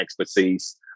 expertise